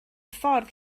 ffordd